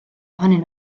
ohonyn